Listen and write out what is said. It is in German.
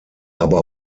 aber